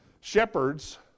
Shepherds